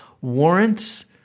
warrants